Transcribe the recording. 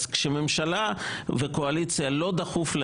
אז כשלממשלה ולקואליציה לא דחוף,